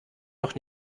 doch